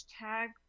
tag